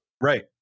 Right